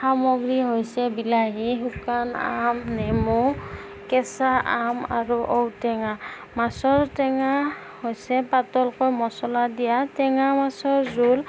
সামগ্ৰী হৈছে বিলাহী শুকান আম নেমু কেঁচা আম আৰু ঔটেঙা মাছৰ টেঙা হৈছে পাতলকৈ মছলা দিয়া টেঙা মাছৰ জোল